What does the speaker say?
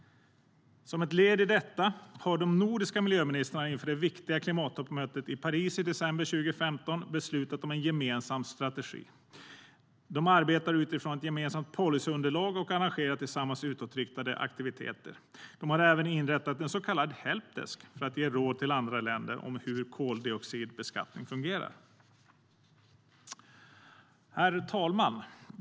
Som ett led i detta har de nordiska miljöministrarna inför det viktiga klimattoppmötet i Paris i december 2015 beslutat om en gemensam strategi. De arbetar utifrån ett gemensamt policyunderlag och arrangerar tillsammans utåtriktade aktiviteter. De har även inrättat en så kallad helpdesk för att ge råd till andra länder om hur koldioxidbeskattning fungerar. Herr talman!